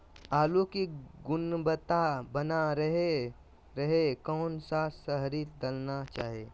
आलू की गुनबता बना रहे रहे कौन सा शहरी दलना चाये?